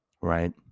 right